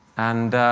and